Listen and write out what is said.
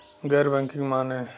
गैर बैंकिंग माने?